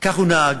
כך הוא נהג.